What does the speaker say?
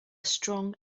strong